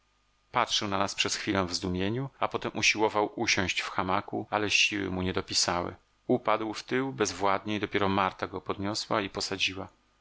patrzył na nas przez chwilę w zdumieniu a potem usiłował usiąść w hamaku ale siły mu nie dopisały upadł w tył bezwładnie i dopiero marta go podniosła i posadziła